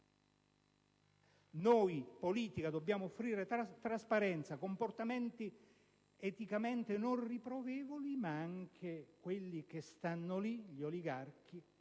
della politica, dobbiamo offrire trasparenza, comportamenti eticamente non riprovevoli, ma anche quelli che stanno lì, gli oligarchi,